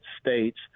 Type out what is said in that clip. states